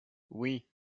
oui